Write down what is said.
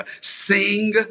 Sing